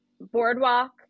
boardwalk